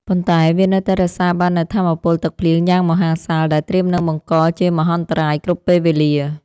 ប៉ុន្តែវានៅតែរក្សាបាននូវថាមពលទឹកភ្លៀងយ៉ាងមហាសាល ដែលត្រៀមនឹងបង្កជាមហន្តរាយគ្រប់ពេលវេលា។